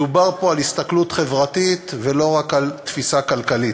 מדובר פה על הסתכלות חברתית ולא רק על תפיסה כלכלית.